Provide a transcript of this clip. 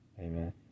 Amen